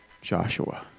Joshua